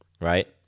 right